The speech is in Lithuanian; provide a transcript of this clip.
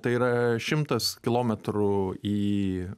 tai yra šimtas kilometrų į